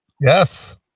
Yes